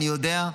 אני יודע.